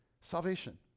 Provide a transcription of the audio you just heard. salvation